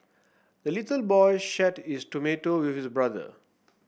the little boy shared his tomato with his brother